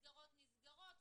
מסגרות נסגרות,